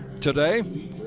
today